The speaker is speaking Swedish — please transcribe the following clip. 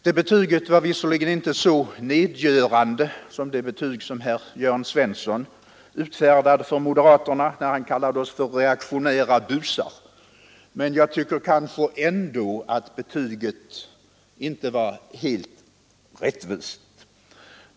Det betyget var visserligen inte så nedgörande som det herr Jörn Svensson utfärdade för moderaterna när han kallade oss reaktionära busar, men jag tycker ändå att betyget inte var helt rättvist.